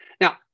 Now